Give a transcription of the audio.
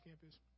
campus